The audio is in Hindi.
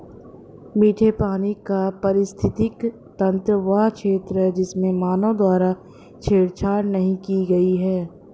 मीठे पानी का पारिस्थितिकी तंत्र वह क्षेत्र है जिसमें मानव द्वारा छेड़छाड़ नहीं की गई है